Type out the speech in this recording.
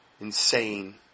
insane